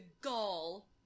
gall